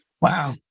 Wow